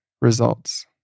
results